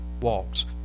walks